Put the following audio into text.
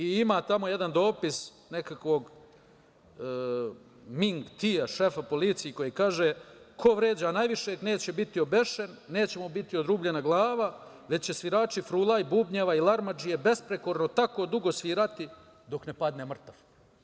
Ima jedan dopis nekog Ming Tia, šefa policije koji kaže – ko vređa najvišeg, neće biti obešen, neće mu biti odrubljena glava, već će svirači frula, bubljeva i larmadžije besprekorno tako dugo svirati, dok ne padne mrtav.